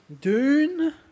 Dune